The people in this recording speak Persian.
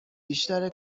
بیشتر